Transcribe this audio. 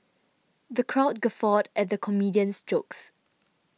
the crowd guffawed at the comedian's jokes